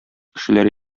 кешеләр